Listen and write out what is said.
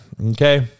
okay